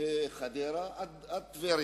בין חדרה לטבריה.